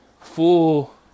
full